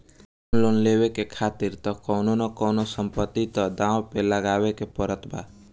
home loan लेवे खातिर तअ कवनो न कवनो संपत्ति तअ दाव पे लगावे के पड़त बा